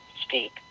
speak